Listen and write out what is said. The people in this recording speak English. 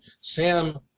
Sam